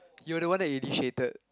you're the one who initiated